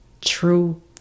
true